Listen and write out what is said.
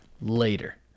later